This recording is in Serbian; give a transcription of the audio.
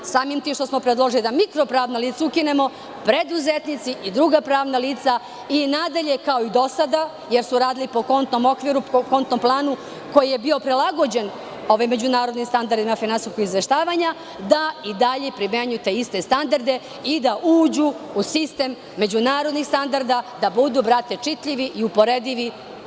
Samim tim što smo predložili da mikro pravna lica ukinemo, preduzetnici i druga pravna lica i nadalje kao i do sada, jer su radili po kontima, po kontnom planu koji je bio prilagođeno međunarodnim standardima finansijskog izveštavanja, da i dalje primenjuju te iste standarde i da uđu u sistem međunarodnih standarda, da budu čitljivi i za ceo svet.